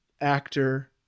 actor